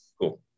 Cool